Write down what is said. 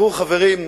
חברים,